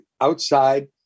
outside